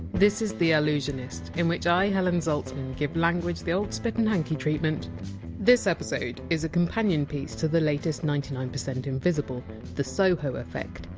this is the allusionist, in which i, helen zaltzman, give language the old spit-and-hanky treatment this episode is a companion piece to the latest ninety nine percent invisible, the soho effect,